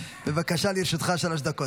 בבקשה, לרשותך שלוש דקות.